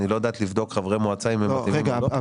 היא לא יודעת לבדוק חברי מועצה אם הם מתאימים או לא?